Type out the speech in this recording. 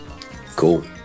Cool